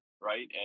right